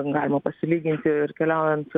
galima pasilyginti ir keliaujant